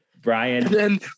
Brian